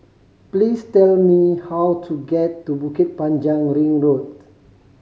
please tell me how to get to Bukit Panjang Ring Road